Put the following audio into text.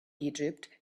egypt